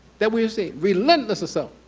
that we see relentless assault.